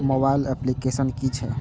Mobile application कि छै?